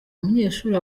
umunyeshuli